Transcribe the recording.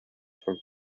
from